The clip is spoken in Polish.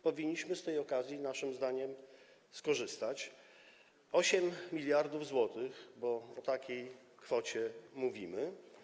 Powinniśmy z tej okazji, naszym zdaniem, skorzystać - 8 mld zł, bo o takiej kwocie mówimy.